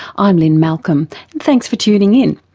i'm lynne malcolm thanks for tuning in,